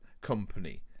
company